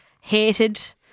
hated